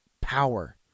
power